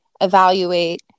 evaluate